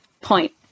point